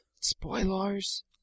Spoilers